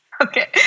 Okay